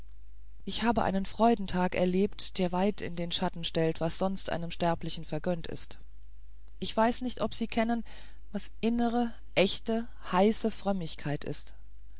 ich habe einen freudentag erlebt der weit in den schatten stellt was sonst einem sterblichen vergönnt ist ich weiß nicht ob sie kennen was innere echte heiße frömmigkeit ist